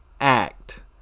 act